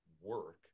work